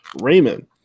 Raymond